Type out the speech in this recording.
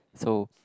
so